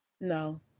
No